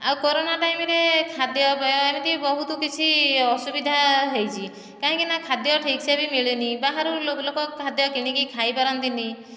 ଆଉ କୋରୋନା ଟାଇମିରେ ଖାଦ୍ୟ ପେୟ ଏମିତି ବହୁତ କିଛି ଅସୁବିଧା ହୋଇଛି କାହିଁକି ନା ଖାଦ୍ୟ ଠିକ୍ସେ ବି ମିଳେନି ବାହାରୁ ଲୋଲୋକ ଖାଦ୍ୟ କିଣିକି ଖାଇପାରନ୍ତିନି